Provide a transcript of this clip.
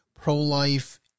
pro-life